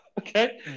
okay